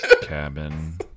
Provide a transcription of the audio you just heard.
cabin